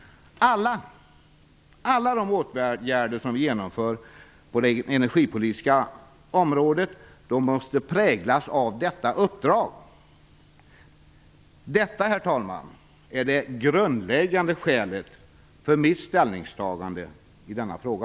Alla åtgärder som vi vidtar på det energipolitiska området måste präglas av detta uppdrag. Detta, herr talman, är det grundläggande skälet till mitt ställningstagande i denna fråga.